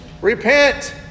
Repent